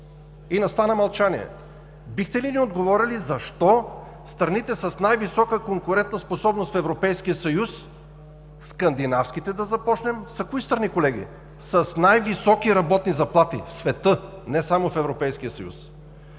и настана мълчание. Бихте ли ни отговорили защо страните с най-висока конкурентоспособност в Европейския съюз – скандинавските, да започнем, са кои страни колеги? С най-високи работни заплати в света, не само в